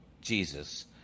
Jesus